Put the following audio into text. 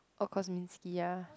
oh Kozminski ya